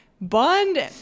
Bond